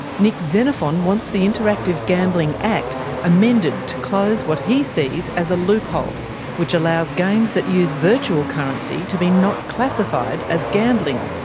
nick xenophon wants the interactive gambling act amended to close what he sees as a loophole which allowing games that use virtual currency to be not classified as gambling.